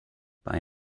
bei